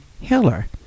Hiller